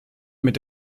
mit